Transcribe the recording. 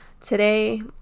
Today